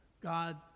God